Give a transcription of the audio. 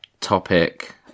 topic